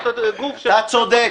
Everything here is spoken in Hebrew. אתה צודק.